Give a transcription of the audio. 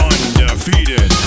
Undefeated